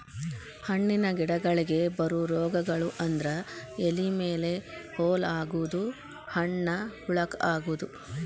ಹಣ್ಣಿನ ಗಿಡಗಳಿಗೆ ಬರು ರೋಗಗಳು ಅಂದ್ರ ಎಲಿ ಮೇಲೆ ಹೋಲ ಆಗುದು, ಹಣ್ಣ ಹುಳಕ ಅಗುದು